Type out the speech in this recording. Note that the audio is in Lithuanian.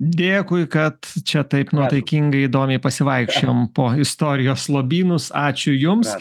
dėkui kad čia taip nuotaikingai įdomiai pasivaikščiojom po istorijos lobynus ačiū jums